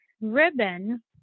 ribbon